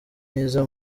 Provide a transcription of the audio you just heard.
myiza